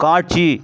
காட்சி